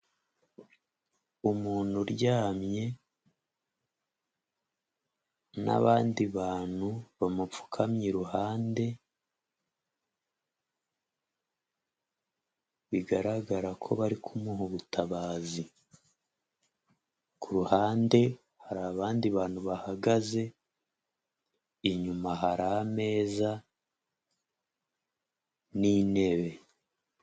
Umuntu uryamye n'abandi bantu bamupfukamye iruhande, bigaragara ko bari kumuha ubutabazi. Ku ruhande hari abandi bantu bahagaze, inyuma hari ameza n'intebe.